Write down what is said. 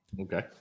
Okay